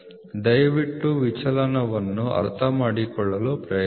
ದಯವಿಟ್ಟು ವಿಚಲನವನ್ನು ಅರ್ಥಮಾಡಿಕೊಳ್ಳಲು ಪ್ರಯತ್ನಿಸಿ